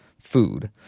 Food